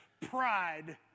pride